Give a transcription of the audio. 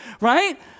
right